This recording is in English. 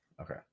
Okay